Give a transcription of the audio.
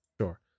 Sure